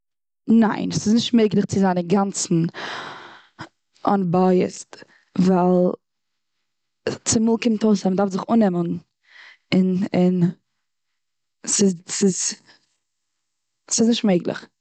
ניין, ס'איז נישט מעגליך צו זיין אינגאנצן אנבייאיסט. ווייל צומאל קומט אויס אז מ'דארף זיך אנעמען און, און ס'איז, ס'איז. ס'איז נישט מעגליך.